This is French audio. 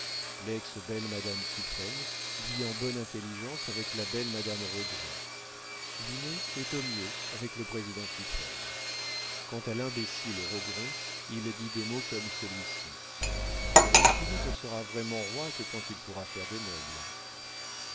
juillet lex belle madame tiphaine vit en bonne intelligence avec la belle madame rogron vinet est au mieux avec le président tiphaine quant à l'imbécile rogron il dit des mots comme celui-ci louis-philippe ne sera vraiment roi que quand il pourra faire des nobles